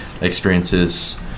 experiences